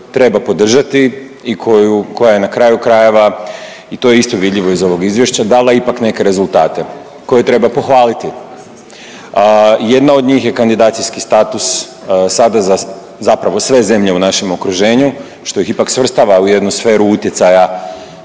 treba podržati i koju, koja je na kraju krajeva i to je isto vidljivo iz ovog izvješća dala ipak neke rezultate koje treba pohvaliti. Jedna od njih je kandidacijski status sada zapravo za sve zemlje u našem okruženju što ih ipak svrstava u jednu sferu utjecaja